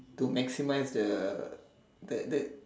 to maximize the that that